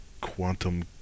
Quantum